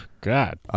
God